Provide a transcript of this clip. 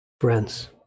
Friends